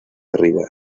arriba